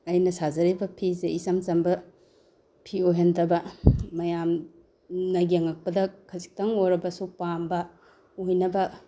ꯑꯩꯅ ꯁꯥꯖꯔꯤꯕ ꯐꯤꯁꯦ ꯏꯆꯝ ꯆꯝꯕ ꯐꯤ ꯑꯣꯏꯍꯜꯗꯕ ꯃꯌꯥꯝꯅ ꯌꯦꯡꯛꯄꯗ ꯈꯖꯤꯛꯇꯪ ꯑꯣꯏꯔꯕꯁꯨ ꯄꯥꯝꯕ ꯑꯣꯏꯅꯕ